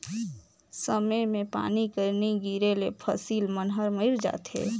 समे मे पानी कर नी गिरे ले फसिल मन हर मइर जाथे